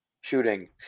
shooting